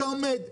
אתה עומד,